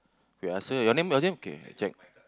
you ask her your name your name okay I check